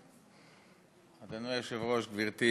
אדוני היושב-ראש, תודה, גברתי